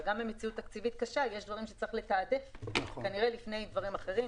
אבל גם במציאות תקציבית קשה יש דברים שצריך לתעדף לפני דברים אחרים.